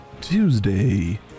tuesday